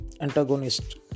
antagonist